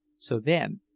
so, then,